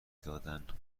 دادن